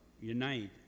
unite